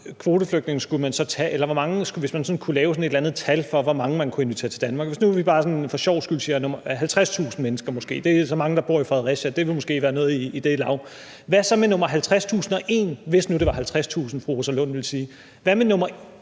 kunne lave et eller andet tal for, hvor mange man kunne invitere til Danmark? Hvis vi nu bare for sjovs skyld siger måske 50.000 mennesker. Det er lige så mange, som der bor i Fredericia. Det kunne måske være noget på det lag. Hvad så med nr. 50.001, hvis nu det var 50.000, fru Rosa Lund ville sige?